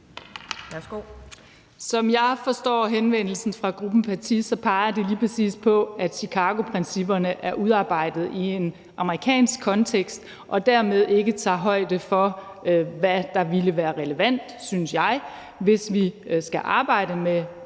Som jeg forstår henvendelsen fra Gruppen Paty, peger de lige præcis på, at Chicagoprincipperne er udarbejdet i en amerikansk kontekst og dermed ikke tager højde for, hvad der ville være relevant, synes jeg, hvis vi skulle arbejde med